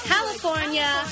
California